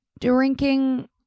Drinking